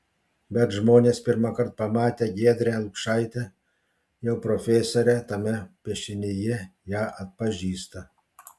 bet žmonės pirmąkart pamatę giedrę lukšaitę jau profesorę tame piešinyje ją atpažįsta